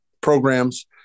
programs